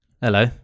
Hello